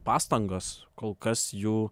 pastangos kol kas jų